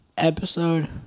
episode